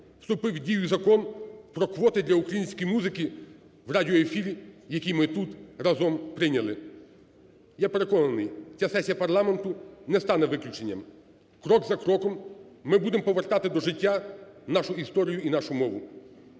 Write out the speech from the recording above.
Вступив в дію Закон "Про квоти для української музики в радіоефірі", який ми тут разом прийняли. Я переконаний, ця сесія парламенту не стане виключенням. Крок за кроком ми будемо повертати до життя нашу історію і нашу мову.